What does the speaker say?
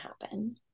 happen